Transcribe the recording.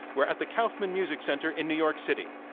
we're at the kaufman music center in new york city.